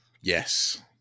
Yes